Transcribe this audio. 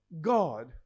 God